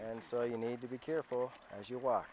and so you need to be careful as you walk